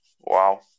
Wow